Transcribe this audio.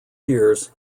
years